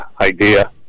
idea